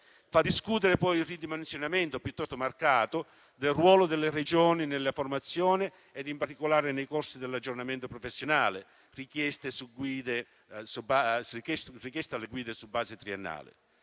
Fa discutere, poi, il ridimensionamento piuttosto marcato del ruolo delle Regioni nella formazione e in particolare nei corsi di aggiornamento professionale richiesti alle guide su base triennale.